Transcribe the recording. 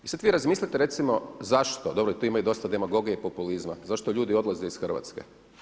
I sada vi razmislite recimo zašto, dobro i tu ima dosta demagogije i populizma, zašto ljudi odlaze iz Hrvatske.